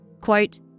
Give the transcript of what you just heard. Quote